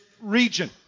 region